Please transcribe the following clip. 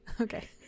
okay